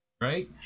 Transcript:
Right